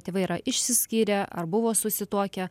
tėvai yra išsiskyrę ar buvo susituokę